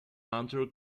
hunter